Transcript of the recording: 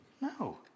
No